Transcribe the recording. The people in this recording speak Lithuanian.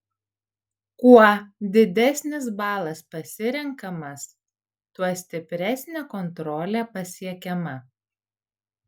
kuo didesnis balas pasirenkamas tuo stipresnė kontrolė pasiekiama